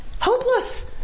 hopeless